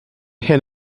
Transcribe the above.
hyn